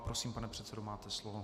Prosím, pane předsedo, máte slovo.